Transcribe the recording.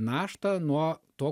naštą nuo to